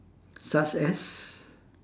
such as